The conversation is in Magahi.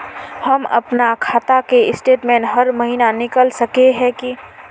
हम अपना खाता के स्टेटमेंट हर महीना निकल सके है की?